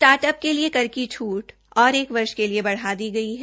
startup के लिए कर की छूट और एक वर्ष के लिए बढ़ा दी गई है